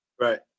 Right